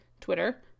Twitter